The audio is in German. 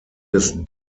des